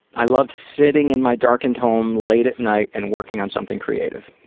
i love sitting in my darkened home late at night and working on something creative.